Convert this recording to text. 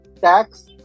tax